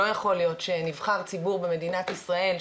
לא יכול להיות שנבחר ציבור במדינת ישראל,